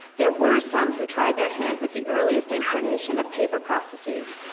there were some who tried their hand with the earliest incarnation of paper processes.